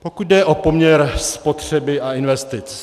Pokud jde o poměr spotřeby a investic.